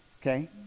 Okay